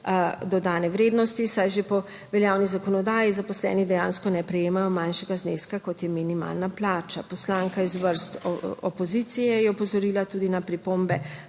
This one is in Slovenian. dodane vrednosti, saj že po veljavni zakonodaji zaposleni dejansko ne prejemajo manjšega zneska kot je minimalna plača. Poslanka iz vrst opozicije je opozorila tudi na pripombe